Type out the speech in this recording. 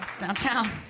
Downtown